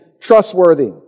trustworthy